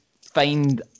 find